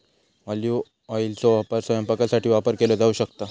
olive ऑइलचो वापर स्वयंपाकासाठी वापर केलो जाऊ शकता